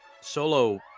Solo